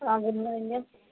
ஆ good morning நீங்கள்